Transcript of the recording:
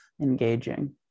engaging